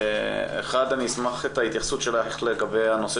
אני אשמח לקבל את ההתייחסות שלך לגבי הנושא